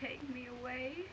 take me away